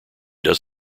does